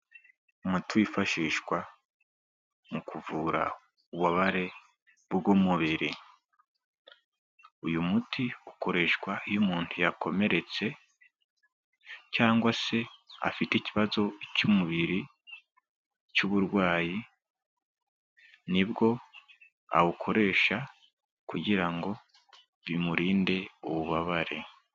Umuti wifashishwa mu kuvura ububabare bw'umubiri. Uyu muti ukoreshwa iyo umuntu yakomeretse cyangwa se afite ikibazo cy'umubiri cy'uburwayi, ni bwo awukoresha kugira ngo bimurinde ububabare.